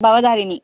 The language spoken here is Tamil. பவதாரணி